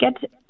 get